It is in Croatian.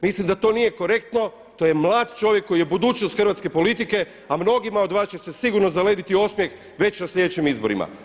Mislim da to nije korektno, to je mlad čovjek koji je budućnost hrvatske politike, a mnogima od vas će se sigurno zalediti osmijeh već na sljedećim izborima.